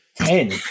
Ten